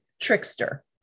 trickster